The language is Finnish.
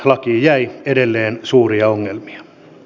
lakiin jäi edelleen suuria ongelmia